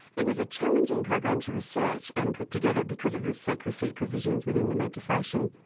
it was a challenging program to research and put together because of the secrecy provisions within the legislation.